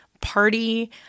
party